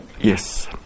Yes